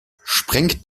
sprengt